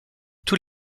tous